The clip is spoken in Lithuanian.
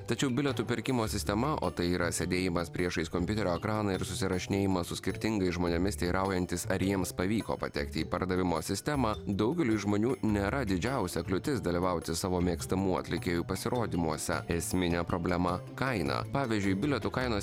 tačiau bilietų pirkimo sistema o tai yra sėdėjimas priešais kompiuterio ekraną ir susirašinėjimas su skirtingais žmonėmis teiraujantis ar jiems pavyko patekti į pardavimo sistemą daugeliui žmonių nėra didžiausia kliūtis dalyvauti savo mėgstamų atlikėjų pasirodymuose esminė problema kaina pavyzdžiui bilietų kainos